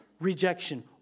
rejection